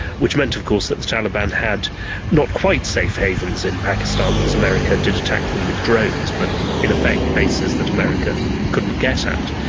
which meant of course that the taliban had not quite safe havens in pakistan because america did attack them with drones, but in effect bases that america couldn't get at.